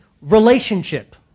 relationship